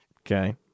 okay